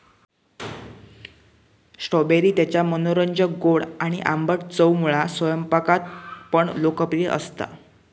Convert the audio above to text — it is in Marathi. स्ट्रॉबेरी त्याच्या मनोरंजक गोड आणि आंबट चवमुळा स्वयंपाकात पण लोकप्रिय असता